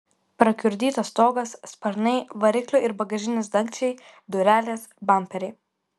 prakiurdytas stogas sparnai variklio ir bagažinės dangčiai durelės bamperiai